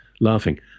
laughing